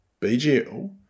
BGL